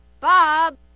Bob